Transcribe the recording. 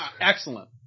Excellent